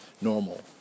normal